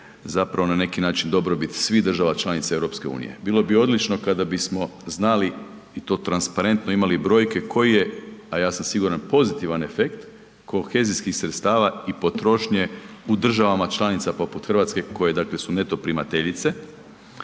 zapravo na neki način dobrobit svih država članica EU. Bilo bi odlično kada bismo znali i to transparentno imali brojke koji je, a ja sam siguran pozitivan efekt kohezijskih sredstava i potrošnje u državama članicama poput Hrvatske koje dakle su neto primateljice.